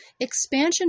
Expansion